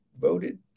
voted